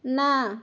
ନା